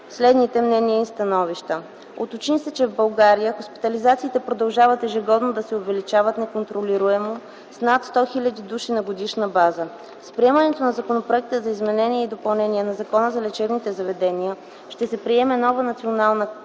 следните мнения и становища: - Уточни се, че в България хоспитализациите продължават ежегодно да се увеличават неконтролируемо, с над 100 хил. души на годишна база. С приемането на Законопроекта за изменение и допълнение на Закона за лечебните заведения ще се приеме нова Национална здравна